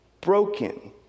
broken